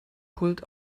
pult